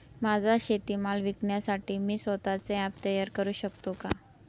माझा शेतीमाल विकण्यासाठी मी स्वत:चे ॲप तयार करु शकतो का?